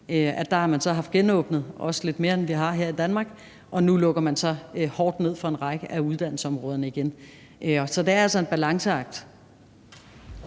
nu. Der har man så haft genåbnet, også lidt mere end vi har her i Danmark, og nu lukker man så hårdt ned for en række af uddannelsesområderne igen. Så det er altså en balanceakt.